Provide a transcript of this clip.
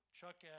Chuck